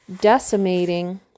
decimating